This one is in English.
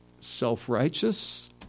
Self-righteous